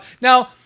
now